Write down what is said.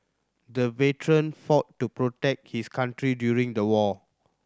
the veteran fought to protect his country during the war